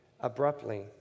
abruptly